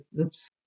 oops